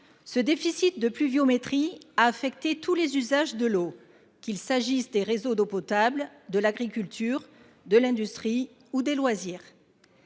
Ce déficit de pluviométrie a affecté tous les usages de l'eau, qu'il s'agisse des réseaux d'eau potable, de l'agriculture, de l'industrie ou des loisirs.